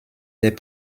des